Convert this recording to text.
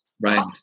Right